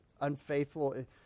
unfaithful